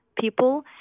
people